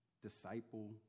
Disciple